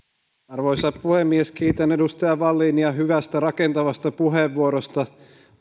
arvoisa puhemies kiitän edustaja wallinia hyvästä rakentavasta puheenvuorosta olen